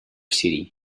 city